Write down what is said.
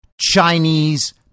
Chinese